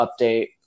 update